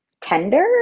tender